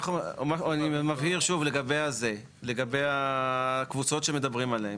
אני מבהיר שוב לגבי הקבוצות שמדברים עליהן,